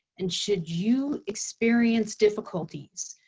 and should you experience difficulties,